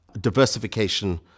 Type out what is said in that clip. diversification